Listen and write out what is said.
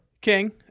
King